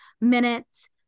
minutes